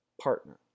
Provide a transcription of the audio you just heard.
partner